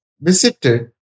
visited